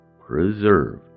preserve